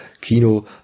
Kino